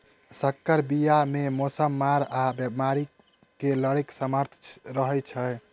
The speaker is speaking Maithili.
सँकर बीया मे मौसमक मार आ बेमारी सँ लड़ैक सामर्थ रहै छै